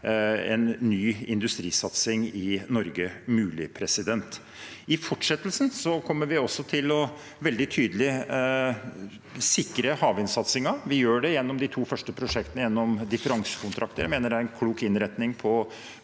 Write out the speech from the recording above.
en ny industrisatsing i Norge mulig. I fortsettelsen kommer vi også til å sikre havvindsatsingen veldig tydelig. Vi gjør det gjennom de to første prosjektene, gjennom differansekontrakter. Jeg mener det er en klok innretning på